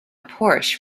porsche